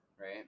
right